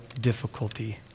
difficulty